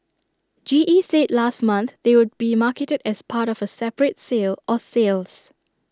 G E said last month they would be marketed as part of A separate sale or sales